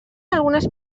algunes